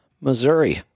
Missouri